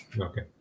Okay